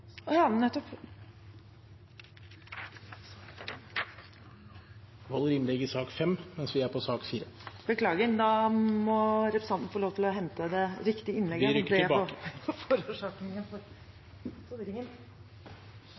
holder innlegg tilhørende sak nr. 5, mens vi er på sak nr. 4. Beklager, da må jeg få hente det riktige innlegget